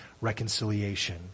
reconciliation